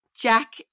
Jack